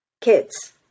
kids